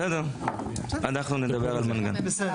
בסדר, אנחנו נדבר על מנגנון.